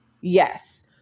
Yes